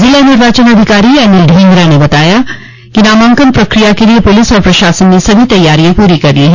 जिला निर्वाचन अधिकारी अनिल ढोंगरा न बताया कि नामांकन प्रक्रिया के लिए पुलिस और प्रशासन ने सभी तैयारियां पूरी कर ली हैं